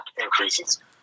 increases